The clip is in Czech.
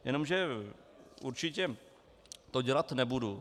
Jenomže určitě to dělat nebudu.